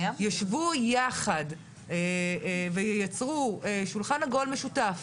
ישבו יחד וייצרו שולחן עגול משותף